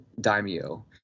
Daimyo